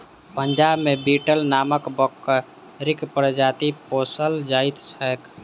पंजाब मे बीटल नामक बकरीक प्रजाति पोसल जाइत छैक